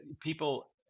people